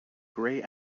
grey